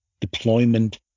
deployment